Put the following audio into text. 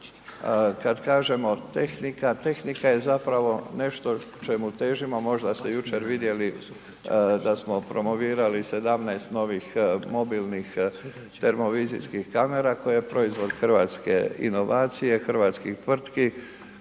Kada kažemo tehnika, tehnika je zapravo nešto čemu težimo, možda ste jučer vidjeli da smo promovirali 17 novih mobilnih termovizijskih kamera koji je proizvod hrvatske inovacije, hrvatskih tvrtki